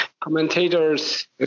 commentators